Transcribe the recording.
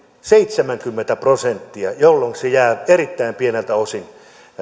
seitsemänkymmentä prosenttia jolloin se erittäin pieneltä osin